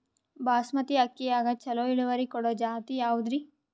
ಬಾಸಮತಿ ಅಕ್ಕಿಯಾಗ ಚಲೋ ಇಳುವರಿ ಕೊಡೊ ಜಾತಿ ಯಾವಾದ್ರಿ?